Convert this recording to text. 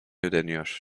ödeniyor